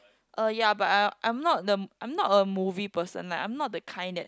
uh ya but I I'm not the I'm not a movie person like I am not the kind that